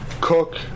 Cook